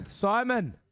Simon